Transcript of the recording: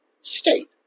state